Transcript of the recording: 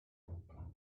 there